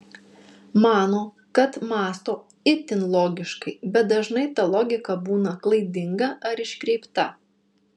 mano kad mąsto itin logiškai bet dažnai ta logika būna klaidinga ar iškreipta